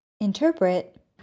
Interpret